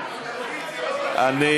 אדוני,